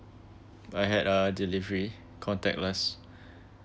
I had a delivery contactless